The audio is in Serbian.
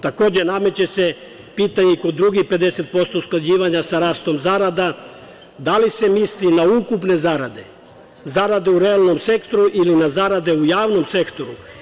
Takođe, nameće se pitanje kod drugih 50% usklađivanja sa rastom zarada, da li se misli na ukupne zarade, zarade u realnom sektoru ili na zarade u javnom sektoru?